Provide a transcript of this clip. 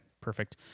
perfect